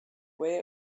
way